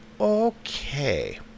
okay